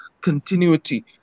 continuity